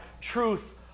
truth